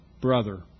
brother